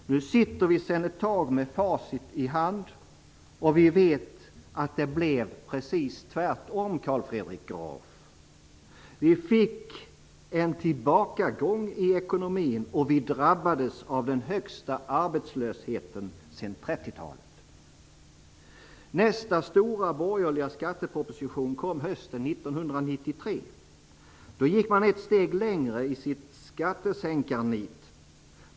Nu sitter vi sedan ett tag med facit i hand. Vi vet att det blev precis tvärtom, Carl Fredrik Graf. Vi fick en tillbakagång i ekonomin, och vi drabbades av den högsta arbetslösheten sedan 30 Nästa stora borgerliga skatteproposition kom hösten 1993. Då gick man ett steg längre i sitt skattesänkarnit.